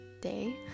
Day